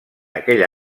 aquell